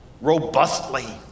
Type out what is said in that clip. robustly